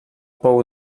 pou